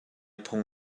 phung